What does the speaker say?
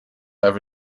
have